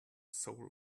soul